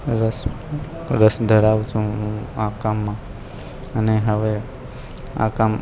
રસ રસ ધરાવું છું હું આ કામમાં અને હવે આ કામ